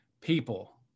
people